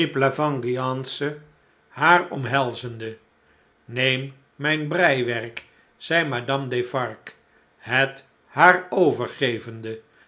haar omhelzende neem mijn breiwerk zei madame defarge het haar overgevende